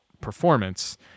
performance